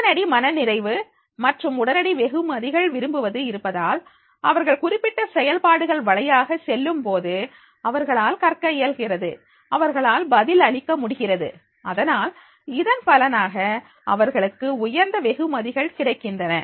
உடனடி மனநிறைவு மற்றும் உடனடி வெகுமதிகள் விரும்புவது இருப்பதால் அவர்கள் குறிப்பிட்ட செயல்பாடுகள் வழியாக செல்லும் போது அவர்களால் கற்க இயலுகிறது அவர்களால் பதில் அளிக்க முடிகிறது அதனால் இதன் பலனாக அவர்களுக்கு உயர்ந்த வெகுமதிகள் கிடைக்கின்றன